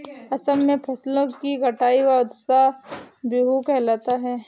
असम में फसलों की कटाई का उत्सव बीहू कहलाता है